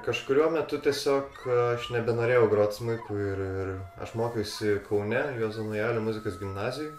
kažkuriuo metu tiesiog aš nebenorėjau grot smuiku ir ir aš mokiausi kaune juozo naujalio muzikos gimnazijoj